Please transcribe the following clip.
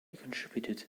contributed